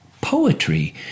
Poetry